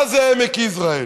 מה זה עמק יזרעאל?